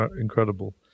incredible